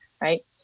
right